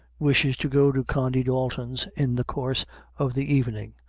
wishes to go to condy dalton's in the course of the evening,